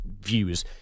views